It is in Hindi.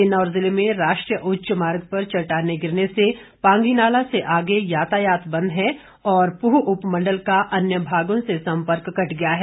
किन्नौर जिले में राष्ट्रीय उच्च मार्ग पर चट्टाने गिरने से पांगी नाला से आगे यातायात बंद है और पूह उपमंडल का अन्य भागों से संपर्क कट गया है